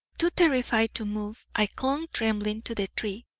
too terrified to move, i clung trembling to the tree,